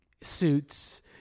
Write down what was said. suits